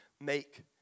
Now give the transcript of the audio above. Make